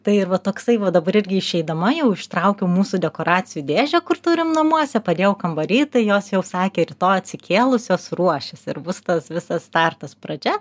tai ir va toksai va dabar irgi išeidama jau ištraukiau mūsų dekoracijų dėžę kur turim namuose padėjau kambary tai jos jau sakė rytoj atsikėlusios ruošis ir bus tas visas startas pradžia